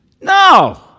No